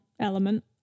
element